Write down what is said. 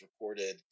recorded